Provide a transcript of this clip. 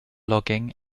logging